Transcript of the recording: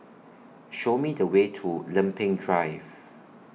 Show Me The Way to Lempeng Drive